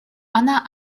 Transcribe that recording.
она